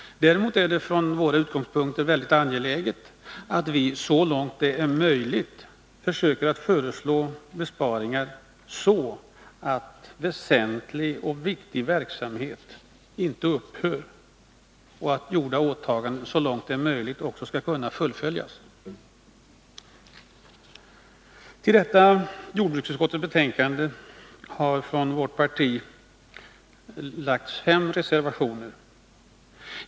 Däremot är det från våra utgångspunkter väldigt angeläget att vi så långt det är möjligt försöker 35 att föreslå besparingar så, att väsentlig och viktig verksamhet inte upphör och att gjorda åtaganden så långt det är möjligt också skall kunna fullföljas. Till detta jordbruksutskottets betänkande har från vårt parti fogats fem reservationer.